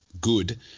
good